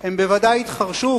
הם בוודאי התחרשו,